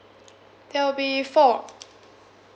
there'll be four